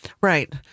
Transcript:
Right